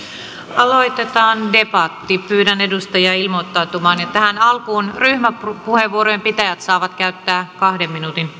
aloitetaan debatti pyydän edustajia ilmoittautumaan ja tähän alkuun ryhmäpuheenvuorojen pitäjät saavat käyttää kahden minuutin